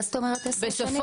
מה זאת אומרת 10 שנים?